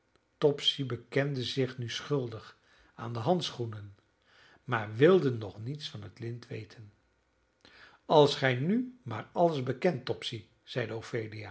topsy bekende zich nu schuldig aan de handschoenen maar wilde nog niets van het lint weten als gij nu maar alles bekent topsy zeide